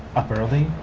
up early,